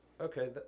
okay